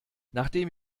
nachdem